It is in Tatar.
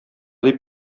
дип